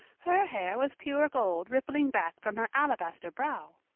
her hair was pure gold rippling back from her alabaster brow.